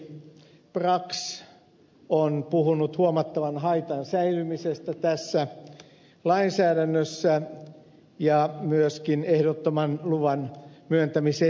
ministeri brax on puhunut huomattavan haitan säilymisestä tässä lainsäädännössä ja myöskin ehdottoman luvanmyöntämisesteen määrittelystä